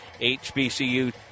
HBCU